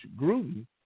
Gruden